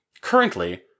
Currently